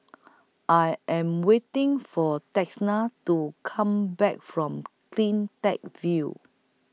I Am waiting For Texanna to Come Back from CleanTech View